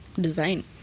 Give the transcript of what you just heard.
Design